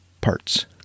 parts